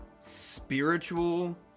spiritual